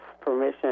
permission